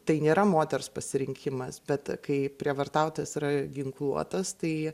tai nėra moters pasirinkimas bet kai prievartautojas yra ginkluotas tai